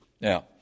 Now